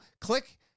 Click